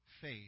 faith